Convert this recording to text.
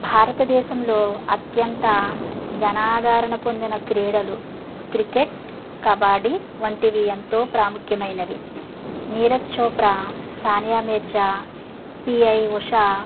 భారతదేశంలో అత్యంత జనాధారణ పొందిన క్రీడలు క్రికెట్ కబాడీ వంటివి ఎంతో ప్రాముఖ్యమైనవి నీరస్ చోప్రా సానియా మీర్జా పిటి ఉష